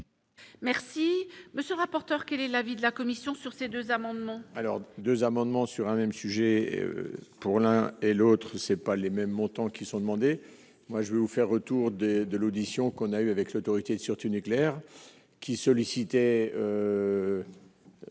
Merci monsieur rapporteur, quel est l'avis de la commission sur ces deux amendements. Alors 2 amendements sur un même sujet pour l'un et l'autre, c'est pas les mêmes montants qui sont demandés, moi je vais vous faire retour des de l'audition, qu'on a eue avec l'Autorité de sûreté nucléaire qui sollicitait